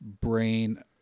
brain